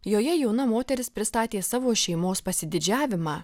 joje jauna moteris pristatė savo šeimos pasididžiavimą